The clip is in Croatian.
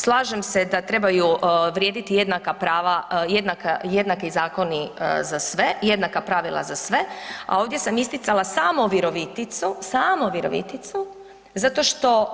Slažem se da trebaju vrijediti jednaki zakoni za sve, jednaka pravila za sve, a ovdje sam isticala samo Viroviticu, samo Viroviticu zato što